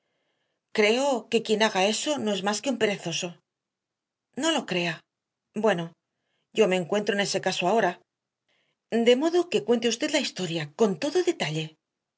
creo que quien haga eso no es más que un perezoso no lo crea bueno yo me encuentro en ese caso ahora de modo que cuente usted la historia con todo detalle